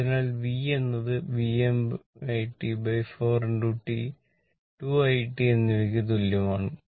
അതിനാൽ V എന്നത് VmT4t 2it എന്നിവയ്ക്ക് തുല്യമാണ്